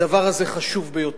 הדבר הזה חשוב ביותר.